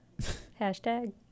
Hashtag